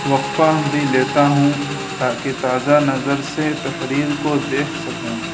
وقفہ بھی لیتا ہوں تاکہ تازہ نظر سے تحریر کو دیکھ سکوں